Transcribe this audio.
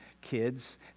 kids